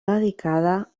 dedicada